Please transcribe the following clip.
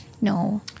no